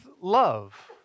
love